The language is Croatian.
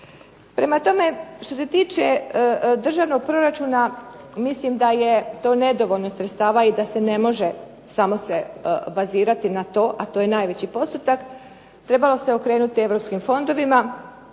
Prema tome, što se tiče državnog proračuna mislim da je to nedovoljno sredstava i da se ne može samo bazirati na to, a to je najveći postotak. Trebalo bi se okrenuti europskim fondovima.